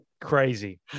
crazy